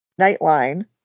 Nightline